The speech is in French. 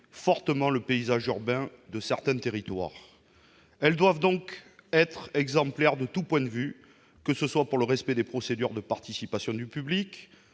fortement le paysage urbain de certains territoires. Elles doivent donc être exemplaires de tout point de vue, qu'il s'agisse du respect des procédures de participation du public,